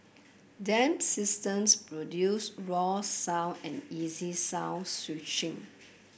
Dam systems produce raw sound and easy song switching